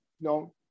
No